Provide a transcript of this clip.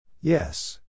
Yes